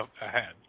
ahead